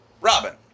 Robin